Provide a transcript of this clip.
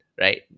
right